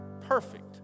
perfect